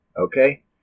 Okay